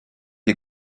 est